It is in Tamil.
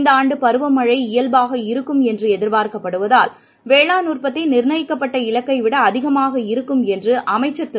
இந்த ஆண்டுபருவ மழை இயல்பாக இருக்கும் என்று எதிர்பார்க்கப்படுவதால் வேளாண் உற்பத்திநிர்ணயிக்கப்பட்ட இலக்கை விட அதிகமாக இருக்கும் என்று அமைச்சர் திரு